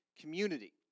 community